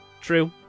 True